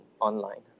online